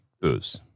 booze